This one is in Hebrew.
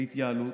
להתייעלות.